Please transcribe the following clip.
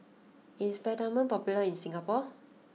is Peptamen popular in Singapore